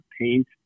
paint